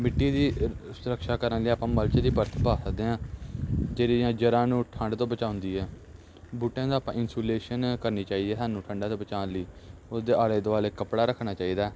ਮਿੱਟੀ ਦੀ ਸੁਰਕਸ਼ਾ ਕਰਨ ਲਈ ਆਪਾਂ ਮਲਚ ਦੀ ਵਰਤੋਂ ਕਰ ਸਕਦੇ ਹਾਂ ਜਿਹੜੀਆਂ ਜੜ੍ਹਾਂ ਨੂੰ ਠੰਢ ਤੋਂ ਬਚਾਉਂਦੀ ਆ ਬੂਟਿਆਂ ਦਾ ਆਪਾਂ ਇਨਸੂਲੇਸ਼ਨ ਕਰਨੀ ਚਾਹੀਦੀ ਹੈ ਸਾਨੂੰ ਠੰਢਾ ਤੋਂ ਬਚਾਉਣ ਲਈ ਉਸਦੇ ਆਲੇ ਦੁਆਲੇ ਕੱਪੜਾ ਰੱਖਣਾ ਚਾਹੀਦਾ